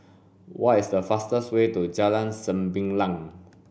what is the fastest way to Jalan Sembilang